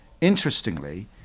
interestingly